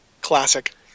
classic